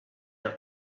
out